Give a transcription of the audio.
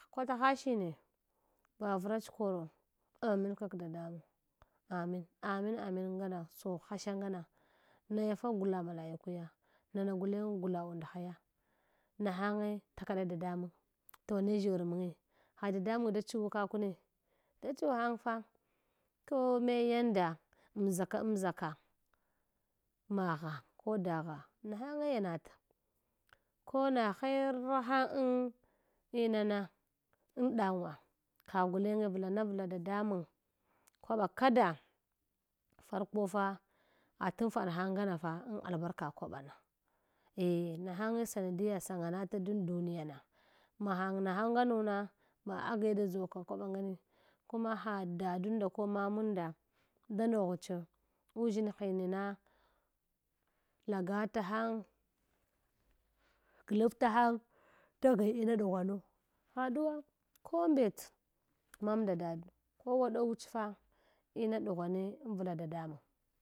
Kwata hashine vavrach koro amin kag dadamang amin amin amin ngama so hasha ngama nayifa gula malaikuya nana gulong gula undhaya nahanye takada dadamang toh ne ʒshor mangi ha dadamang da chuwu kakune da chu hang fa kome yanda amʒaka amʒaka magha ko dagha nahange yanata ko na hera hang an inana anɗangwo kagh gulaye vlana vla dadamang kwaba kada farkofa atanfa nahang nganafa an albarka kwaɓana, eh nahange sanadiya sanganata dan duniyana ma hang nahang nganuna ma ageh da dʒowka kwaɓa ngani? Kuma ha dadunda ko mamunda danogh chu uʒshinhin na lagata hang glafta hang ta ga ina ɗughwanu haɗuwa ko mbets mam nda dadu kowa dowch fa ina ɗughwane invla dadamang.